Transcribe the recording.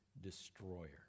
destroyer